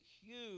huge